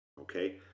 okay